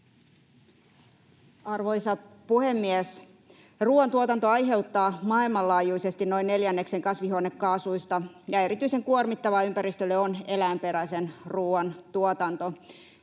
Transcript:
Arvoisa puhemies! Ruoantuotanto aiheuttaa maailmanlaajuisesti noin neljänneksen kasvihuonekaasuista, ja erityisen kuormittavaa ympäristölle on eläinperäinen ruoantuotanto.